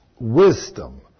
Wisdom